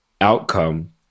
outcome